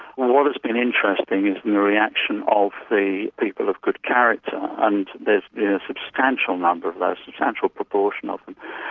well, what has been interesting is the reaction of the people of good character, and there's been a substantial number of those, a substantial proportion of them.